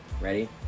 Ready